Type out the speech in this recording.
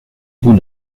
bout